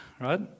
right